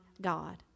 God